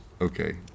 Okay